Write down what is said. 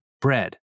bread